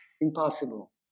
impossible